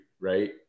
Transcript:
right